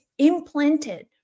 implanted